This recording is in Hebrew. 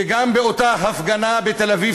וגם באותה הפגנה בתל-אביב,